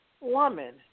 woman